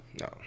No